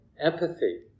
empathy